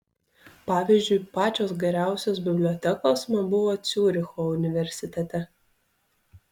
pavyzdžiui pačios geriausios bibliotekos man buvo ciuricho universitete